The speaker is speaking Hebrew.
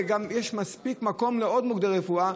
וגם יש מספיק מקום לעוד מוקדי רפואה.